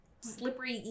slippery